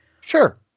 sure